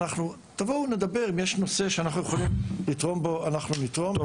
תבואו ונדבר ואם יש נושא שאנחנו יכולים לתרום בו אנחנו נתרום.